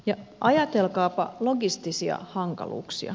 ja ajatelkaapa logistisia hankaluuksia